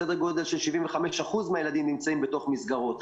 סדר גודל של 75% מהילדים נמצאים בתוך מסגרות.